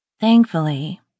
Thankfully